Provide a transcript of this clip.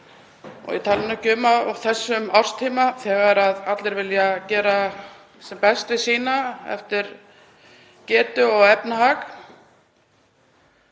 Ég tala nú ekki um á þessum árstíma þegar allir vilja gera sem best við sína eftir getu og efnahag.